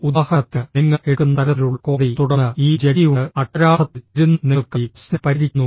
ഉദാഹരണത്തിന് നിങ്ങൾ എടുക്കുന്ന തരത്തിലുള്ള കോടതി തുടർന്ന് ഈ ജഡ്ജി ഉണ്ട് അക്ഷരാർത്ഥത്തിൽ ഇരുന്ന് നിങ്ങൾക്കായി പ്രശ്നം പരിഹരിക്കുന്നു